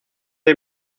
hay